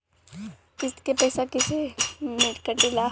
किस्त के पैसा कैसे कटेला?